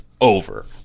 over